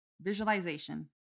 Visualization